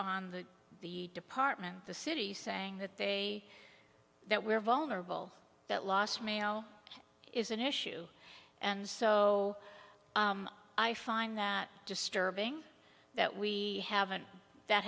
on the the department the city saying that they that we're vulnerable that lost mail is an issue and so i find that disturbing that we haven't that